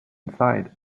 inside